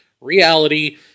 reality